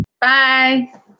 Bye